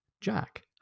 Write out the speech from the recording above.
Jack